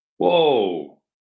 Whoa